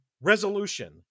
resolution